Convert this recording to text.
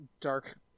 dark